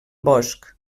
bosc